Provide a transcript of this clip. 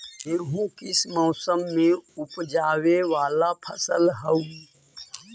गेहूं किस मौसम में ऊपजावे वाला फसल हउ?